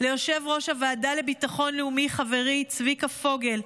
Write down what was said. ליושב-ראש הוועדה לביטחון לאומי חברי צביקה פוגל,